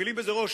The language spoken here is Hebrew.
מקלים בזה ראש.